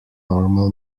normal